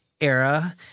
era